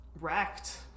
wrecked